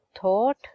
thought